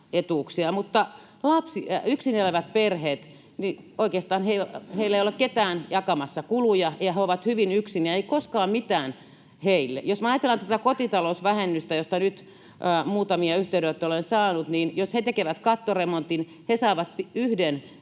mutta yksin elävillä ihmisillä ei oikeastaan ole ketään jakamassa kuluja, ja he ovat hyvin yksin, ja ei koskaan mitään heille. Jos me ajatellaan tätä kotitalousvähennystä, josta nyt muutamia yhteydenottoja olen saanut, niin jos he tekevät kattoremontin, he saavat yhden